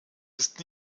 ist